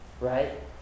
Right